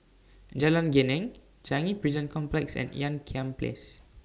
Jalan Geneng Changi Prison Complex and Ean Kiam Place